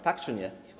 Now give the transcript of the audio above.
Tak czy nie?